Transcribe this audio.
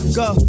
go